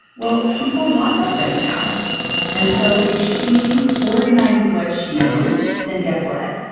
well, people want that right now and so if she organizes what she knows, then guess what?